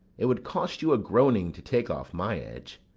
it would cost you a groaning to take off my edge.